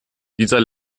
dieser